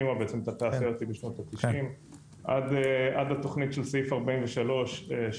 עד התוכנית של סעיף 43 שהוקמה לפני שנתיים עם פרוץ הקורונה,